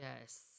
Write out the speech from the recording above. Yes